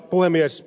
puhemies